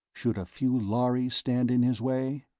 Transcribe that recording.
should a few lhari stand in his way?